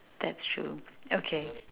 that's true okay